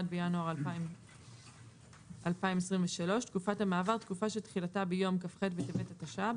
1 בינואר 2023. "תקופת המעבר"- תקופה שתחילתה ביום כ"ח בטבת התשע"ב,